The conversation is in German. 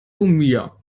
mir